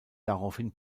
daraufhin